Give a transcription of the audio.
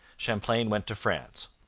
champlain went to france.